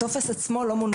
הטופס עצמו לא מונגש.